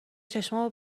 چشامو